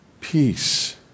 peace